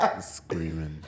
Screaming